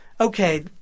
okay